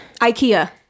ikea